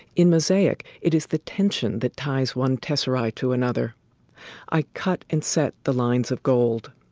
in mosaic, it is the tension that ties one tesserae to another i cut and set the lines of gold.